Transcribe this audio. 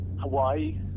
Hawaii